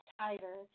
tighter